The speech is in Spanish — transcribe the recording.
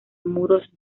muros